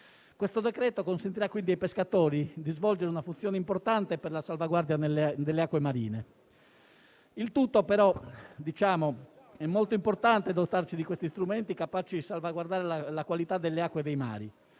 Questo decreto-legge consentirà quindi ai pescatori di svolgere una funzione importante per la salvaguardia delle acque marine. È molto rilevante dotarci di questi strumenti capaci di salvaguardare la qualità delle acque dei mari,